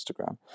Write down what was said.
Instagram